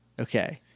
Okay